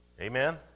Amen